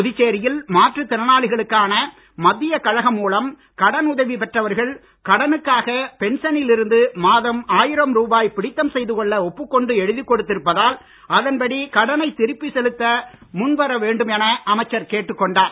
புதுச்சேரியில் மாற்றுத் திறனாளிகளுக்கான மத்திய கழகம் மூலம் கடன் உதவி பெற்றவர்கள் கடனுக்காக பென்சனில் இருந்து மாதம் ஆயிரம் ரூபாய் பிடித்தம் செய்து கொள்ள ஒப்புக் கொண்டு எழுதிக் கொடுத்திருப்பதால் அதன்படி கடனை திருப்பிச் செலுத்த முன் வர வேண்டும் என அமைச்சர் கேட்டுக் கொண்டார்